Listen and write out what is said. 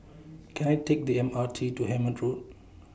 Can I Take The M R T to Hemmant Road